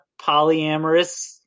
polyamorous